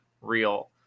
real